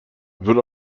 wird